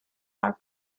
are